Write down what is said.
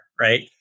right